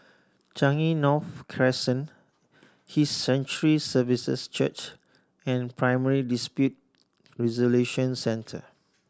Changi North Crescent His Sanctuary Services Church and Primary Dispute Resolution Centre